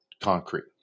concrete